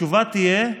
התשובה תהיה: